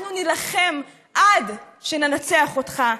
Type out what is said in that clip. אנחנו נילחם עד שננצח אותך,